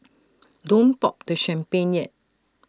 don't pop the champagne yet